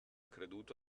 creduto